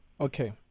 Okay